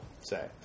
say